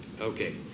Okay